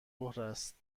است